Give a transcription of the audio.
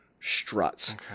struts